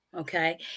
Okay